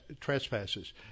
trespasses